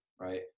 right